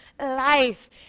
life